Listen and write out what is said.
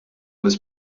was